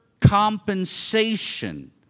compensation